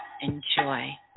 enjoy